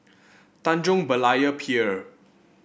Tanjong Berlayer Pier